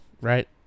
Right